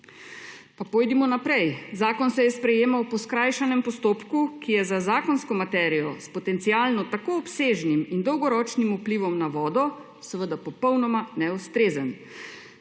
Pa pojdimo naprej. Zakon se je sprejemal po skrajšanem postopku, ki je za zakonsko materijo s potencialno tako obsežnim in dolgoročnim vplivom na vodo seveda popolnoma neustrezen.